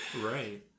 right